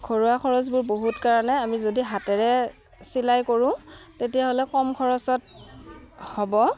ঘৰুৱা খৰচবোৰ বহুত কাৰণে আমি যদি হাতেৰে চিলাই কৰোঁ তেতিয়াহ'লে কম খৰচত হ'ব